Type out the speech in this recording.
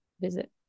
Visit